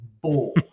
bull